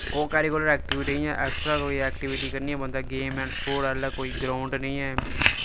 को curricular activity जि'यां extra कोई ऐक्टिविटी करनी पौंदी गेम ऐंड स्पोर्ट आह्ला कोई ग्राउंड निं ऐ